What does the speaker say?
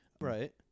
Right